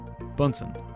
Bunsen